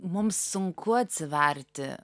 mums sunku atsiverti